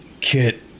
kit